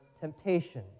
temptation